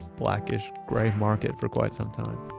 blackish gray market for quite some time.